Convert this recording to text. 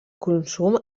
consum